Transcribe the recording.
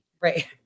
Right